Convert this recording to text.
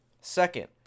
Second